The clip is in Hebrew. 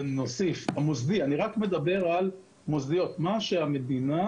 אני מדבר רק על הבדיקות המוסדיות: מה שהמדינה